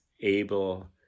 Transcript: able